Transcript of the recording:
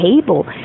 table